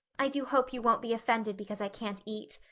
i do hope you won't be offended because i can't eat.